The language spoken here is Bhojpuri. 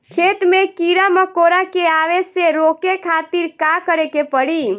खेत मे कीड़ा मकोरा के आवे से रोके खातिर का करे के पड़ी?